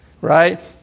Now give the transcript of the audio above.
right